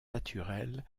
naturel